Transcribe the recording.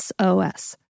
SOS